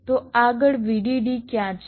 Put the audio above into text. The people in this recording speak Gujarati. તો આગળ VDD ક્યાં છે